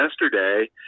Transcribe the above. yesterday